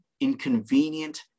inconvenient